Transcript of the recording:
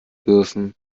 dürfen